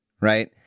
Right